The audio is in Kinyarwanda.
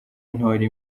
intore